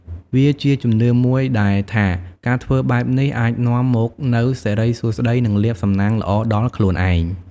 វាជាជំនឿមួយដែលថា ការធ្វើបែបនេះអាចនាំមកនូវសិរីសួស្តី និងលាភសំណាងល្អដល់ខ្លួនឯង។